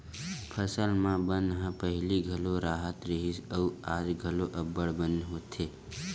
फसल म बन ह पहिली घलो राहत रिहिस अउ आज घलो अब्बड़ बन होथे